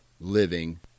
living